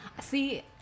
See